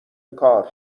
کار